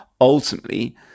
ultimately